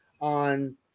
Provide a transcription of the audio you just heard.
on